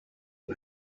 you